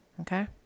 Okay